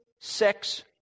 sex